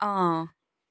অঁ